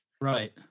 right